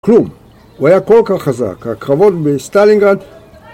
כלום, הוא היה כל כך חזק, הקרבות בסטלינגרד